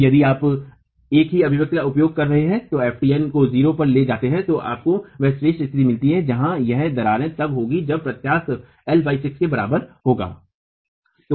अब यदि आप एक ही अभिव्यक्ति का उपयोग करते हैं और f mt को 0 पर ले जाते हैं तो आपको वह श्रेष्ठ स्थिति मिलती है जहां यह दरारें तब होती है जब प्रत्यास्थ l 6 के बराबर होगा